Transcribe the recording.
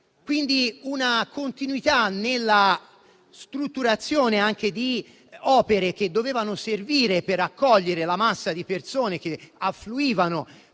quindi una continuità nella strutturazione di opere che dovevano servire ad accogliere la massa di persone che affluivano